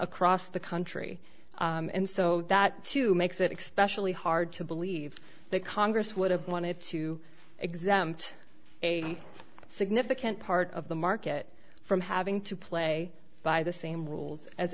across the country and so that to make that expression be hard to believe that congress would have wanted to exempt a significant part of the market from having to play by the same rules as